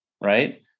right